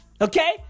Okay